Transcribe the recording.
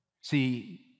See